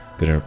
Good